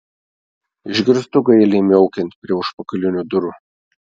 išgirstu gailiai miaukiant prie užpakalinių durų